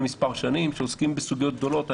מספר שנים ובו עוסקים בסוגיות גדולות.